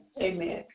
Amen